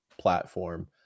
platform